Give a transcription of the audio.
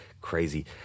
Crazy